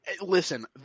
listen